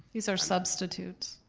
these are substitutes.